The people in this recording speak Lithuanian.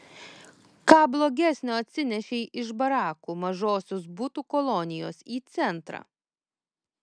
ką blogesnio atsinešei iš barakų mažosios butų kolonijos į centrą